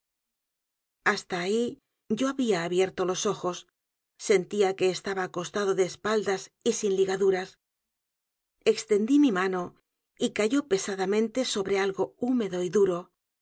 hasta ahí yo había abierto los ojos sentía que estaba acostado de espaldas y sin ligaduras extendí mi mano y cayó pesadamente sobre algo húmedo y duro